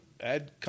add